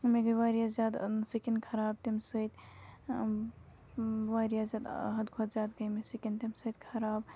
مےٚ گٔے واریاہ زیادٕ سِکِن خراب تمہِ سۭتۍ واریاہ زیادٕ حَدٕ کھۄتہٕ زیادٕ گٔے مےٚ سِکِن تمہِ سۭتۍ خراب